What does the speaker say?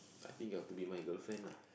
I think you have to be my girlfriend lah